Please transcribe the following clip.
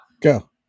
go